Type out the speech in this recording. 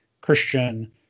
Christian